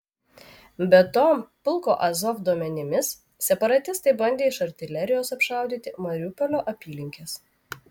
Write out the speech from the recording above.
be to pulko azov duomenimis separatistai bandė iš artilerijos apšaudyti mariupolio apylinkes